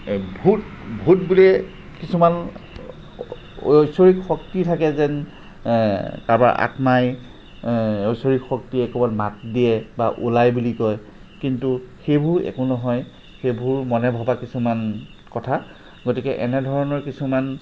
এই ভূত ভূত বুলি কিছুমান ঐশ্বৰিক শক্তি থাকে যেন কাৰোবাৰ আত্মাই ঐশ্বৰিক শক্তিয়ে ক'ৰবাত মাত দিয়ে বা ওলায় বুলি কয় কিন্তু সেইবোৰ একো নহয় সেইবোৰ মনে ভবা কিছুমান কথা গতিকে এনেধৰণৰ কিছুমান